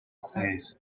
says